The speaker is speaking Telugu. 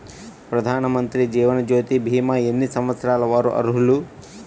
ప్రధానమంత్రి జీవనజ్యోతి భీమా ఎన్ని సంవత్సరాల వారు అర్హులు?